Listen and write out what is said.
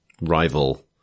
Rival